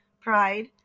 pride